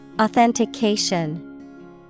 Authentication